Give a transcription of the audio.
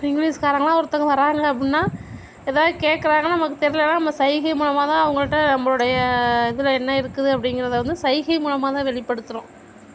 இப்போ இங்கிலீஷ் காரவுங்களாம் ஒருத்தங்க வராங்க அப்புடின்னா ஏதாவது கேக்கிறாங்கன்னா நமக்கு தெரிலன்னா நம்ம சைகை மூலமாகதான் அவங்கள்ட்ட நம்மளுடைய இதில் என்ன இருக்குது அப்படிங்குறத வந்து சைகை மூலமாகதான் வெளிப்படுத்துகிறோம்